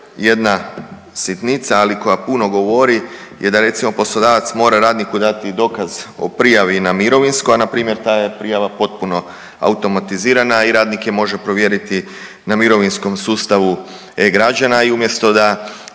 jedna sitnica ali koja puno govori je da recimo poslodavac mora radniku dati dokaz o prijavi na mirovinsko, a npr. ta je prijava potpuno automatizirana i radnik je može provjeriti na mirovinskom sustavu e-građana i umjesto da